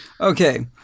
okay